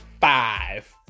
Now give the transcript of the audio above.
five